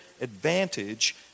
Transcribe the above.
advantage